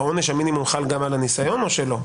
עונש המינימום חל גם על הניסיון או שלא?